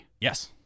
Yes